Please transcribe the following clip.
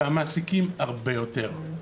והמעסיקים הרבה יותר.